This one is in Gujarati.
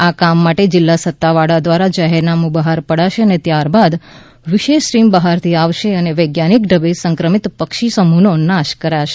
આ કામ માટે જિલ્લા સતાવાળાઓ દ્વારા જાહેરનામું બહાર પડાશે અને ત્યારબાદ વિશેષ ટીમ બહારથી આવશે અને વૈજ્ઞાનિક ઢબે સંક્રમિત પક્ષી સમૂહનો નાશ કરાશે